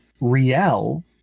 Riel